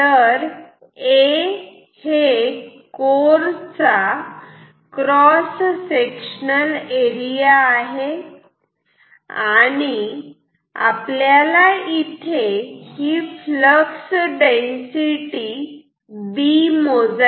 तर A हे core चा क्रॉस सेक्शनल एरिया आहे आणि आपल्याला इथे ही फ्लक्स डेन्सिटी B मोजायची आहे